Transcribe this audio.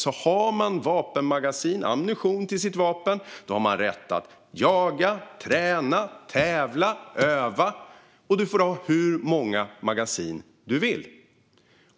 Har man alltså vapenmagasin - ammunition - till sitt vapen har man rätt att jaga, träna, tävla och öva. Du får ha hur många magasin du vill.